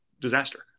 disaster